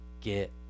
Get